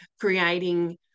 creating